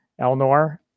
Elnor